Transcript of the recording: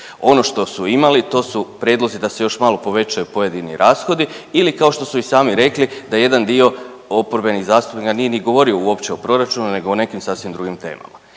Ono što su imali to su prijedlozi da se još malo povećaju pojedini rashodi ili kao što su i sami rekli da jedan dio oporbenih zastupnika nije ni govorio uopće o proračunu, nego o nekim sasvim drugim temama.